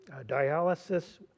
dialysis